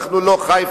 אנחנו לא חיפה,